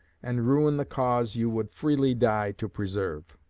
and ruin the cause you would freely die to preserve.